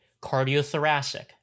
cardiothoracic